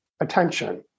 attention